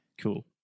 Cool